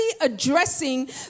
addressing